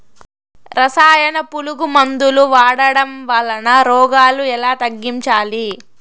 రసాయన పులుగు మందులు వాడడం వలన రోగాలు ఎలా తగ్గించాలి?